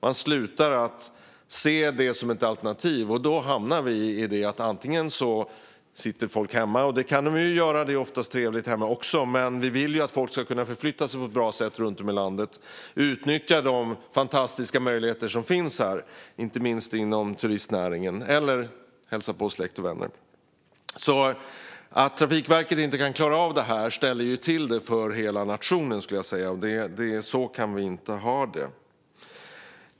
Man slutar att se det som ett alternativ. Då hamnar vi i att människor sitter hemma. Det kan de ju göra. Det är oftast trevligt också hemma. Men vi vill att människor ska kunna förflytta sig på ett bra sätt runt om i landet för att utnyttja de fantastiska möjligheter som finns här, inte minst inom turistnäringen, eller för att hälsa på släkt och vänner. Att Trafikverket inte kan klara av det ställer till det för hela nationen. Så kan vi inte ha det.